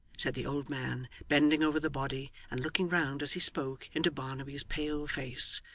said the old man, bending over the body and looking round as he spoke into barnaby's pale face,